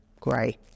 grey